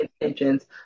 intentions